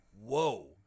whoa